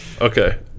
Okay